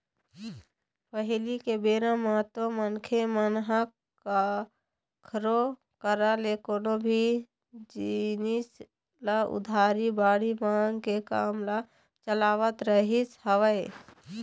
पहिली के बेरा म तो मनखे मन ह कखरो करा ले कोनो भी जिनिस ल उधारी बाड़ही मांग के काम ल चलावत रहिस हवय